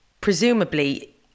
presumably